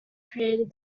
created